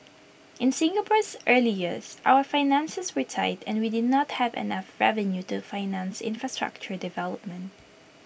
in Singapore's early years our finances were tight and we did not have enough revenue to finance infrastructure development